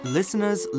Listener's